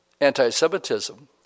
anti-Semitism